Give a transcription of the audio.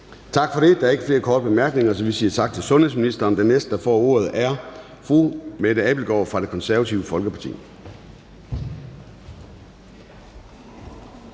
Tak for det. Der er ikke flere korte bemærkninger, så vi siger tak til indenrigs- og sundhedsministeren. Den næste, der får ordet, er fru Mette Abildgaard fra Det Konservative Folkeparti.